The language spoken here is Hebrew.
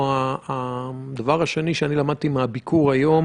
הדבר השני שלמדתי מהביקור היום